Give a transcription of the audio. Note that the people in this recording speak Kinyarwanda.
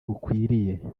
bukwiriye